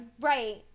Right